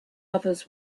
others